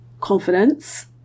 confidence